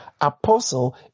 apostle